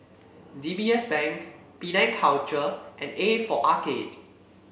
D B S Bank Penang Culture and A for Arcade